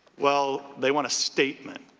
well, they want a statement.